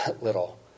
little